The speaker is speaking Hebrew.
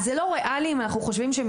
אז זה לא ריאלי אם אנחנו חושבים שהם